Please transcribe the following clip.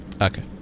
Okay